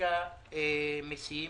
מנכה מיסים,